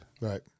Right